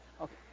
Okay